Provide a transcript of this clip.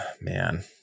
man